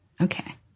Okay